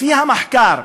לפני המחקר,